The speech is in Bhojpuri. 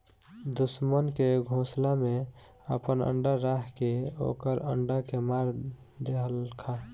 दुश्मन के घोसला में आपन अंडा राख के ओकर अंडा के मार देहलखा